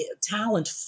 Talent